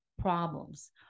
problems